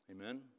Amen